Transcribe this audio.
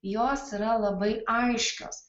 jos yra labai aiškios